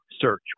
search